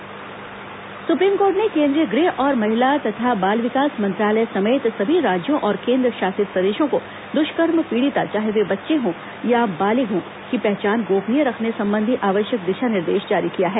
supreme court दिशा निर्देश supreme court ने केंद्रीय गृह और महिला तथा बाल विकास मंत्रालय समेत सभी राज्यों और केंद्रशासित प्रदेशों को दुष्कर्म पीड़िता चाहे वे बच्चे हों या बालिग हों की पहचान गोपनीय रखने संबंधी आवश्यक दिशा निर्देश जारी किया है